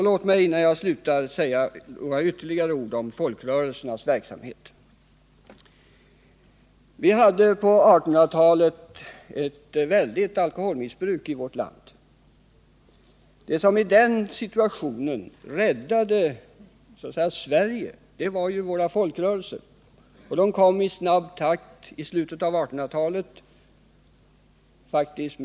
Låt mig, innan jag slutar, säga ytterligare några ord om folkrörelsernas verksamhet. Vi hade på 1800-talet ett väldigt alkoholmissbruk i vårt land. Det som i den situationen räddade Sverige var våra folkrörelser. De kom till i snabb takt i slutet av 1800-talet.